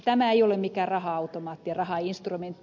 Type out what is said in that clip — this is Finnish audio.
tämä ei ole mikään raha automaatti rahainstrumentti